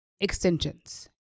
extensions